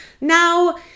Now